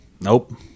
Nope